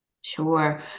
Sure